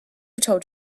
told